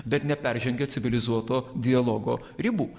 bet neperžengia civilizuoto dialogo ribų